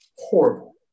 Horrible